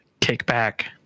Kickback